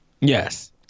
Yes